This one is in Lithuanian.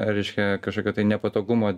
reiškia kažkokio tai nepatogumo